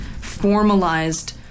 formalized